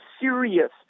serious